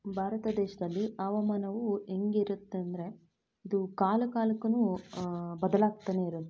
ಭಾರತ ದೇಶದಲ್ಲಿ ಹವಾಮಾನವು ಹೆಂಗಿರುತ್ತಂದ್ರೆ ಅದು ಕಾಲ ಕಾಲಕ್ಕು ಬದಲಾಗ್ತಾನೆ ಇರುತ್ತೆ